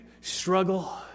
struggle